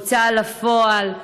הוצאה לפועל,